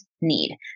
need